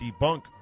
debunk